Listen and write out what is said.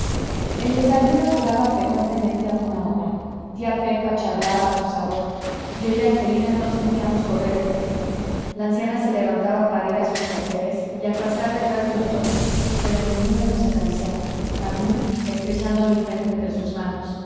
el desayuno duraba frecuentemente una hora tía pepa charlaba a su sabor yo y angelina no sentíamos correr el tiempo la anciana se levantaba para ir a sus quehaceres y al pasar detrás de nosotros se detenía y nos acariciaba a mí estrechando mi frente entre sus manos